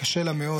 קשה לה מאוד,